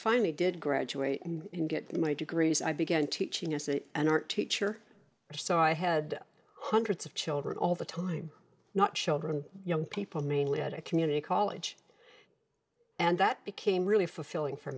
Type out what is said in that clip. finally did graduate and get my degrees i began teaching us in an art teacher or so i had hundreds of children all the time not shoulder and young people mainly at a community college and that became really fulfilling for